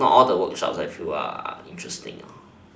not all the workshops I feel are interesting